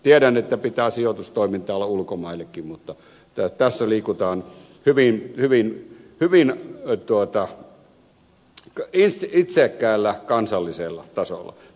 tiedän että pitää sijoitustoimintaa olla ulkomaillekin mutta tässä liikutaan hyvin itsekkäällä kansallisella tasolla